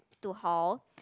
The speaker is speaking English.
to hall